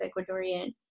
ecuadorian